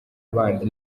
abanzi